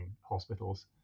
hospitals